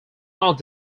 not